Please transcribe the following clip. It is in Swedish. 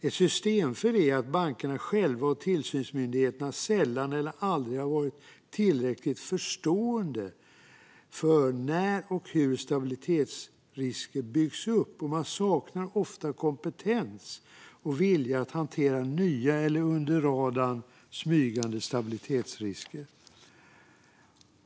Ett systemfel är att bankerna själva och tillsynsmyndigheterna sällan eller aldrig har haft tillräcklig förståelse för när och hur stabilitetsrisker byggs upp. Man saknar ofta kompetens och vilja att hantera nya eller under radarn smygande stabilitetsrisker.